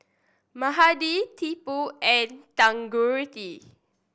Mahade Tipu and Tanguturi